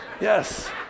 Yes